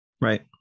Right